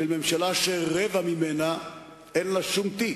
של ממשלה שרבע ממנה אין לה שום תיק,